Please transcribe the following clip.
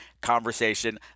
conversation